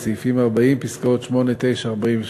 סעיף 40 פסקאות (8), (9), (48),